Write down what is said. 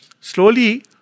slowly